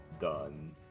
done